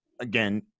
again